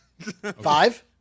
Five